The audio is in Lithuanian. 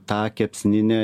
tą kepsninę